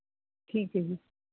ਠੀਕ ਹੈ ਜੀ